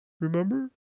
Remember